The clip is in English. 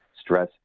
stress